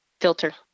filter